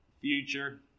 future